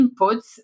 inputs